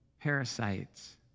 parasites